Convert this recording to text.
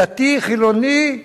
דתי, חילוני,